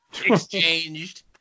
exchanged